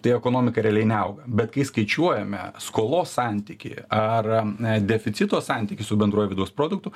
tai ekonomika realiai neauga bet kai skaičiuojame skolos santykį ar deficito santykį su bendruoju vidaus produktu